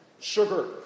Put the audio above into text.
sugar